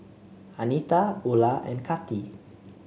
Anita Ula and Kati